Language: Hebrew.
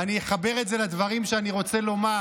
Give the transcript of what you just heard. ואני אחבר את זה לדברים שאני רוצה לומר,